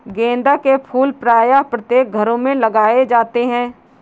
गेंदा के फूल प्रायः प्रत्येक घरों में लगाए जाते हैं